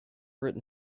written